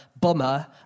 Bummer